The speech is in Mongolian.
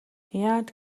яагаад